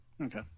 Okay